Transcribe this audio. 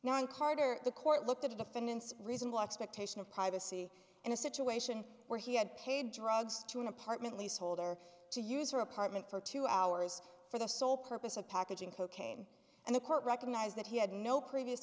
nine carter the court looked at the defendant's reasonable expectation of privacy in a situation where he had paid drugs to an apartment lease holder to use her apartment for two hours for the sole purpose of packaging cocaine and the court recognized that he had no previous